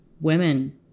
women